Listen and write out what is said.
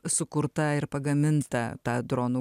sukurta ir pagaminta ta dronų